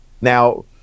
Now